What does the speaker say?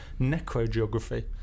Necrogeography